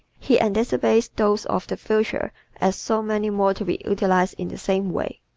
he anticipates those of the future as so many more to be utilized in the same way.